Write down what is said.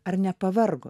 ar nepavargo